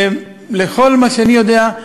לפי מה שאני יודע,